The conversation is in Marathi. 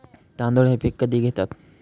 तांदूळ हे पीक कधी घेतात?